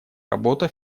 работа